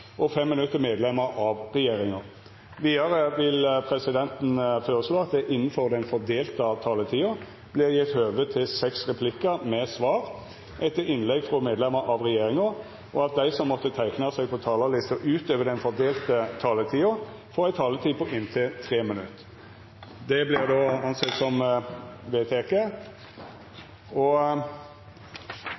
inntil fem replikker med svar etter innlegg fra medlemmer av regjeringen, og at de som måtte tegne seg på talerlisten utover den fordelte taletid, får en taletid på inntil 3 minutter. – Det anses vedtatt. I forbindelse med permisjonen til stortingsrepresentant og